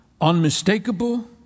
unmistakable